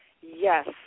Yes